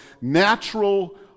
natural